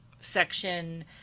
section